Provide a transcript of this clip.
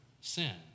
sin